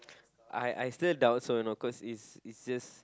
I I still doubt so you know cause it's it's just